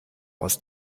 aus